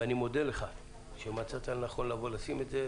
ואני מודה לך אדוני השר על שמצאת לנכון לבוא ולשים את הנושא.